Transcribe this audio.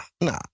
nah